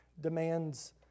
demands